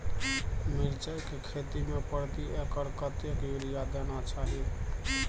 मिर्चाय के खेती में प्रति एकर कतेक यूरिया देना चाही?